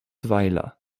weiler